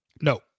No